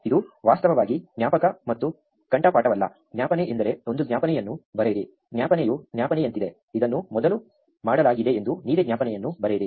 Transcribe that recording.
ಇದು ವಾಸ್ತವವಾಗಿ ಜ್ಞಾಪಕ ಮತ್ತು ಕಂಠಪಾಠವಲ್ಲ ಜ್ಞಾಪನೆ ಎಂದರೆ ಒಂದು ಜ್ಞಾಪನೆಯನ್ನು ಬರೆಯಿರಿ ಜ್ಞಾಪನೆಯು ಜ್ಞಾಪನೆಯಂತಿದೆ ಇದನ್ನು ಮೊದಲು ಮಾಡಲಾಗಿದೆಯೆಂದು ನೀವೇ ಜ್ಞಾಪನೆಯನ್ನು ಬರೆಯಿರಿ